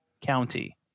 County